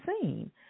seen